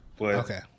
Okay